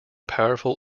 powerful